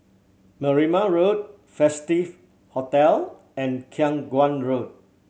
Berrima Road Festive Hotel and Khiang Guan Road